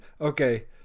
okay